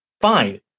fine